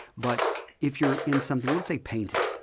but if youire in something, letis say painting.